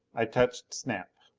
i touched snap.